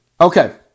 okay